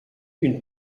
une